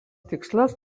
tikslas